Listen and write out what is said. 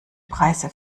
preise